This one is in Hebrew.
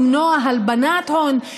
או למנוע הלבנת הון,